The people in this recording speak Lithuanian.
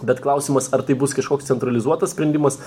bet klausimas ar tai bus kažkoks centralizuotas sprendimas